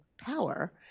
power